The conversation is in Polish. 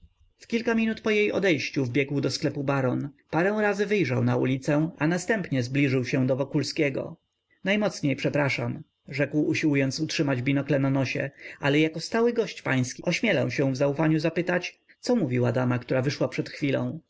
w kilka minut po jej odejściu wbiegł do sklepu baron parę razy wyjrzał na ulicę a następnie zbliżył się do wokulskiego najmocniej przepraszam rzekł usiłując utrzymać binokle na nosie ale jako stały gość pański ośmielę się w zaufaniu zapytać co mówiła dama która wyszła przed chwilą